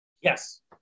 yes